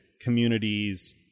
communities